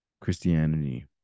Christianity